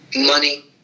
Money